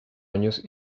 años